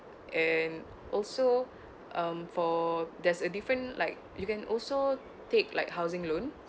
and also um for there's a different like you can also take like housing loan